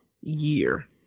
year